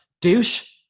Douche